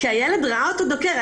כי הילד ראה אותו דוקר.